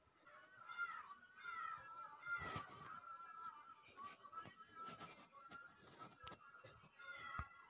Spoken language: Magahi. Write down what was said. शहरेर क्षेत्रत छतेर पर सब्जी उगई सब्जीर खर्च कम कराल जबा सके छै